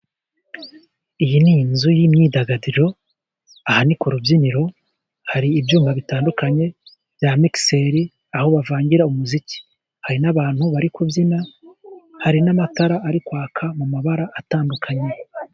Iyi ni inzu y'imyidagaduro, aha ni ku rubyiniro hari ibyuma bitandukanye bya migiseri, aho bavangira umuziki, hari n'abantu bari kubyina, hari n'amatara ari kwaka mu mabara atandukanye.